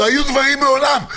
לא היו דברים מעולם.